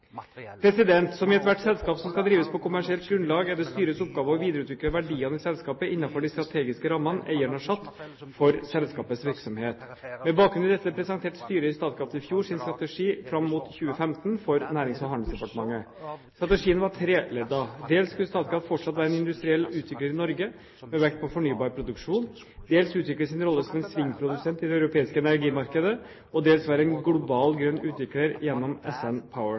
Som i ethvert selskap som skal drives på kommersielt grunnlag, er det styrets oppgave å videreutvikle verdiene i selskapet innenfor de strategiske rammene eieren har satt for selskapets virksomhet. Med bakgrunn i dette presenterte styret i Statkraft i fjor sin strategi fram mot 2015 for Nærings- og handelsdepartementet. Strategien var treleddet. Dels skulle Statkraft fortsatt være en industriell utvikler i Norge med vekt på fornybar produksjon, dels utvikle sin rolle som en «svingprodusent» i det europeiske energimarkedet, og dels være en «global grønn utvikler» gjennom